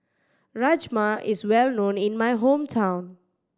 rajma is well known in my hometown